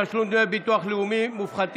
תשלום דמי ביטוח מופחתים